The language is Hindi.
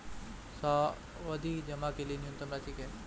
सावधि जमा के लिए न्यूनतम राशि क्या है?